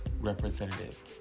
representative